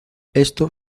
esto